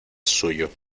suyo